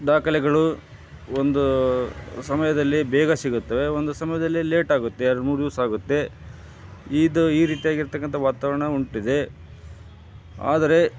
ದಾಖಲೆಗಳು ಒಂದು ಸಮಯದಲ್ಲಿ ಬೇಗ ಸಿಗುತ್ತವೆ ಒಂದು ಸಮಯದಲ್ಲಿ ಲೇಟ್ ಆಗುತ್ತೆ ಎರಡು ಮೂರು ದಿವಸ ಆಗುತ್ತೆ ಇದು ಈ ರೀತಿಯಾಗಿರತಕ್ಕಂಥ ವಾತಾವರಣ ಉಂಟಿದೆ ಆದರೆ